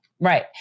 Right